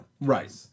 Right